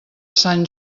sant